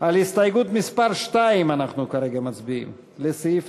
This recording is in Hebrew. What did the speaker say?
על הסתייגות מס' 2 אנחנו כרגע מצביעים, לסעיף